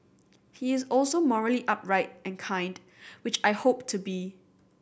he is also morally upright and kind which I hope to be